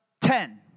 ten